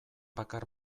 bakar